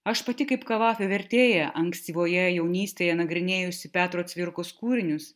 aš pati kaip kavafio vertėja ankstyvoje jaunystėje nagrinėjusi petro cvirkos kūrinius